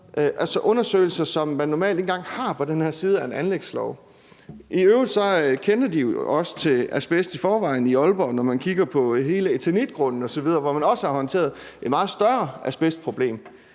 altså undersøgelser, som man normalt ikke engang har på den her side af en anlægslov. I øvrigt kender de jo også til asbest i forvejen i Aalborg. Det kan man se, når man kigger på hele Eternitgrunden osv., hvor man har håndteret et meget større asbestproblem,